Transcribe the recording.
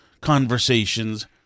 conversations